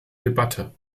debatte